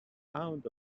pound